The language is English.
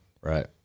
Right